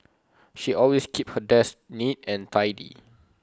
she always keeps her desk neat and tidy